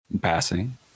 Passing